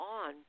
on